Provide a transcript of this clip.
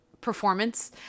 performance